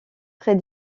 très